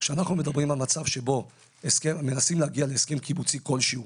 כשאנחנו מדברים על מצב שבו מנסים להגיע להסכם קיבוצי כלשהו